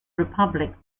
republic